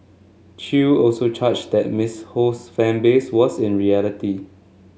chew also charged that Miss Ho's fan base was in reality